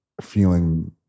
feeling